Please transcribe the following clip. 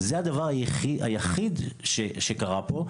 זה הדבר היחיד שקרה פה,